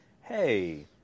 hey